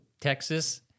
Texas